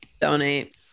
donate